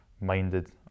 minded